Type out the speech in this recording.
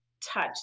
touch